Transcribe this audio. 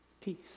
peace